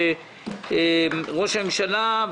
שראש הממשלה,